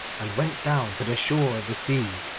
and went down to the shore of the sea,